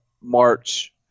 march